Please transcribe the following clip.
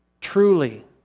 Truly